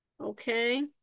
okay